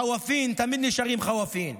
חוואפין תמיד נשארים חוואפין.